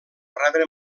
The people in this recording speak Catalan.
rebre